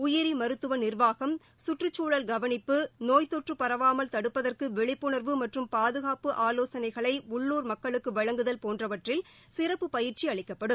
உயிரிமருத்துவநிா்வாகம் கவனிப்பு நோய்த்தொற்றுபரவாமல் தடுப்பதற்குவிழிப்புணா்வு மற்றும் பாதுகாப்பு ப்புக்குழல் ஆலோசனைகளைஉள்ளூர் மக்களுக்குவழங்குதல் போன்றவற்றில் சிறப்பு பயிற்சிஅளிக்கப்படும்